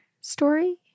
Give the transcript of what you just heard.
Story